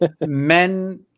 men